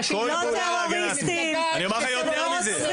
לא טרוריסטים, לא רוצחים.